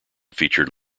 featured